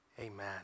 Amen